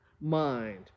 mind